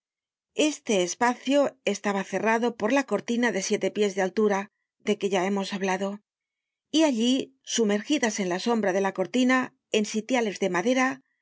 este espacio estaba cerrado por la cortina de siete pies de altura de que ya hemos hablado y allí sumergidas en la sombra de la cortina en sitiales de madera